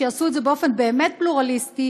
שיעשו את זה באופן באמת פלורליסטי,